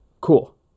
Cool